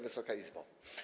Wysoka Izbo!